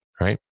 right